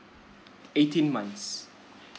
eighteen months